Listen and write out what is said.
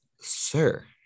sir